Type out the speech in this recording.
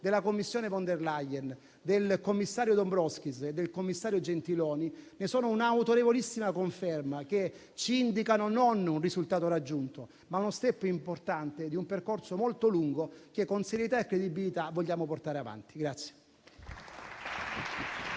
della Commissione von der Leyen, del commissario Dombrovskis e del commissario Gentiloni ne sono una autorevolissima conferma, che indica non un risultato raggiunto, ma uno *step* importante di un percorso molto lungo che con serietà e credibilità vogliamo portare avanti.